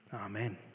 Amen